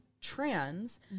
trans